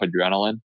adrenaline